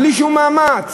בלי שום מאמץ.